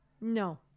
No